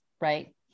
Right